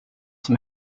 som